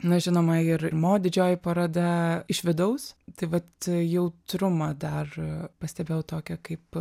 na žinoma ir mo didžioji paroda iš vidaus tai vat jautrumą dar pastebėjau tokią kaip